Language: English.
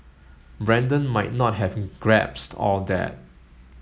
Brandon might not have grasped all that